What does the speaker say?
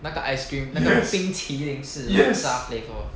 那个 ice cream 那个冰淇凌是 laksa flavour